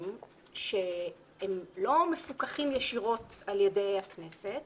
שהם לא מפוקחים ישירות על-ידי הכנסת.